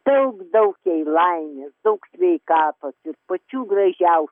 daug daug jai laimės daug sveikatos ir pačių gražiausių